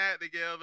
together